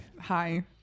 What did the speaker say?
hi